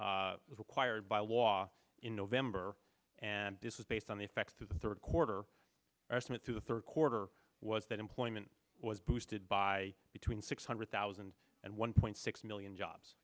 was required by law in november and this was based on the effects to the third quarter estimate to the third quarter was that employment was boosted by between six hundred thousand and one point six million jobs